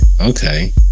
Okay